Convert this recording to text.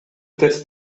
терс